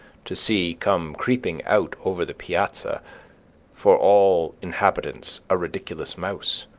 to see come creeping out over the piazza for all inhabitants a ridiculous mouse,